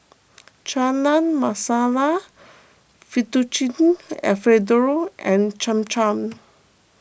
Chana Masala Fettuccine Alfredo and Cham Cham